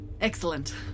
Excellent